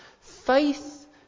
Faith